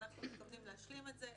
אנחנו מתכוונים להשלים את זה,